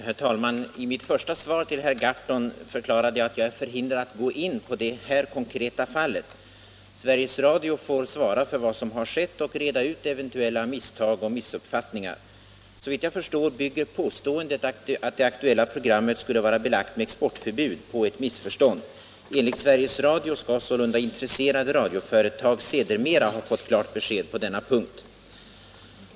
Herr talman! I mitt första svar till herr Gahrton förklarade jag att jag är förhindrad att gå in på det här konkreta fallet. Sveriges Radio får svara för vad som har skett och reda ut eventuella misstag och missuppfattningar. Såvitt jag förstår bygger påståendet att det aktuella programmet skulle vara belagt med exportförbud på ett missförstånd. Enligt Sveriges Radio skall sålunda intresserade radioföretag sedermera ha fått klart besked på denna punkt.